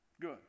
Good